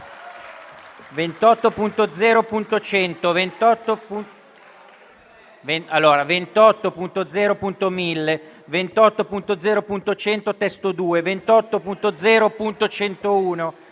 28.0.1000, 28.0.100 (testo 2), 28.0.101